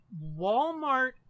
Walmart